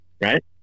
right